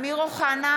אמיר אוחנה,